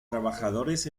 trabajadores